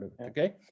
Okay